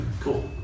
cool